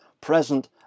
present